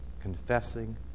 confessing